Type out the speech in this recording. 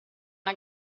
una